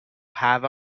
have